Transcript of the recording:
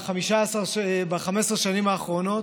ב-15 שנים האחרונות.